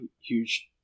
huge